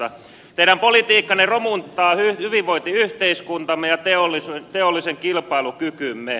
teidän politiikkanne romuttaa hyvinvointiyhteiskuntamme ja teollisen kilpailukykymme